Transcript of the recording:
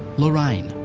lorraine.